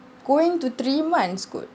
going to three months kot